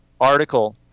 article